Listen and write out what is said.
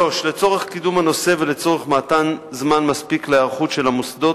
3. לצורך קידום הנושא ולצורך מתן זמן מספיק להיערכות של המוסדות,